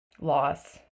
loss